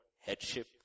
headship